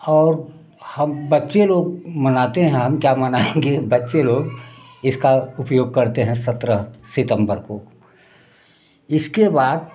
और हम बच्चे लोग मनाते हैं हम क्या मनाएँगे बच्चे लोग इसका उपयोग करते हैं सत्रह सितम्बर को इसके बाद